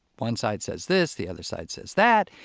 one side says this, the other side says that.